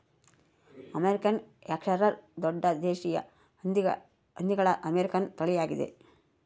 American Yorkshire ದೊಡ್ಡ ದೇಶೀಯ ಹಂದಿಗಳ ಅಮೇರಿಕನ್ ತಳಿಯಾಗಿದೆ